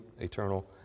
eternal